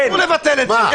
אסור לבטל את זה.